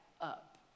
up